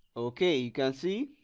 okay you can see